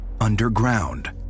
underground